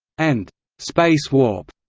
and space warp.